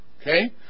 Okay